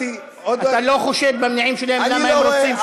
אתה לא חושד במניעים שלהם למה הם רוצים,